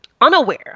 unaware